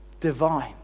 divine